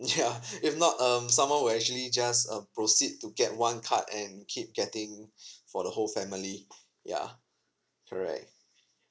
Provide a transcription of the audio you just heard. ya if not um someone will actually just uh proceed to get one card and keep getting for the whole family yeah correct